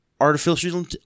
artificial